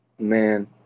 Man